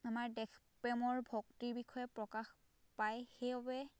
আমাৰ দেশপ্ৰেমৰ ভক্তিৰ বিষয়ে প্ৰকাশ পায় সেইবাবে